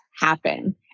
happen